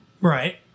Right